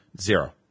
Zero